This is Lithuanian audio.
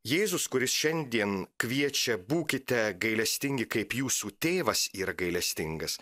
jėzus kuris šiandien kviečia būkite gailestingi kaip jūsų tėvas yra gailestingas